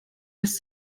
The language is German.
lässt